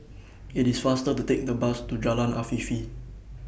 IT IS faster to Take The Bus to Jalan Afifi